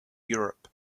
europe